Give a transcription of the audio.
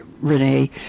Renee